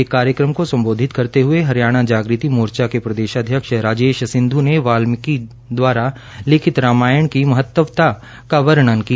एक कार्यक्रम को संबोधित करते हए हरियाणा जागृति मोर्चा के प्रदेशाध्यक्ष राजेश सिंधू ने भगवान वाल्मीकि द्वारा लिखित रामायण की महत्वता का वर्णन किया